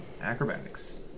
Acrobatics